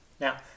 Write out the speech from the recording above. Now